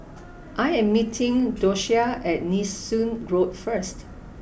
I am meeting Doshia at Nee Soon Road first